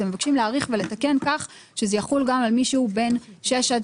אתם מבקשים להאריך ולתקן כך שזה יחול גם על מי שהוא בן 6 עד